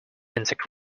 insect